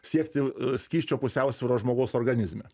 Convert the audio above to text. siekti a skysčio pusiausvyros žmogaus organizme